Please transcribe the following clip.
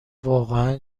واقعا